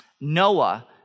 Noah